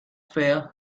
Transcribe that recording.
fea